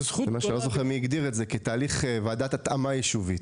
לא זוכר מי הגדיר את זה כתהליך ועדת התאמה יישובית.